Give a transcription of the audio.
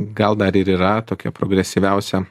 gal dar ir yra tokia progresyviausia